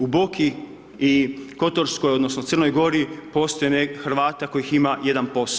U Boki i Kotorskoj odnosno Crnoj Gori postoji Hrvata kojih ima 1%